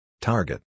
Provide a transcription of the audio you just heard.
Target